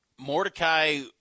Mordecai